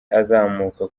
azamuka